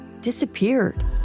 disappeared